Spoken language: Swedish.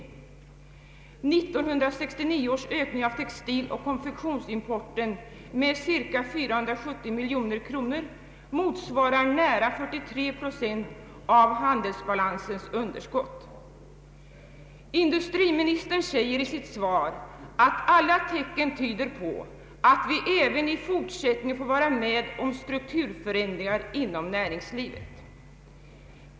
1969 års ökning av textiloch konfektionsimporten med cirka 470 miljoner kronor motsvarar nära 43 procent av handelsbalansens underskott. Industriministern säger i sitt svar att alla tecken tyder på att vi även i fortsättningen får vara med om strukturförändringar inom näringslivet.